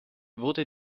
wurde